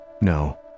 No